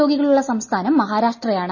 രോഗികളുള്ള സംസ്ഥാനം മഹാരാഷ്ട്രയാണ്